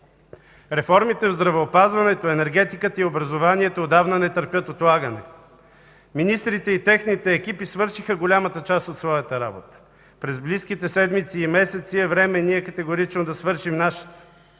Реформите в здравеопазването, енергетиката и образованието отдавна не търпят отлагане. Министрите и техните екипи свършиха голямата част от своята работа. През близките седмици и месеци е време ние категорично да свършим нашата.